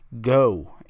go